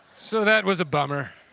so that was a bummer.